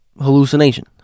hallucination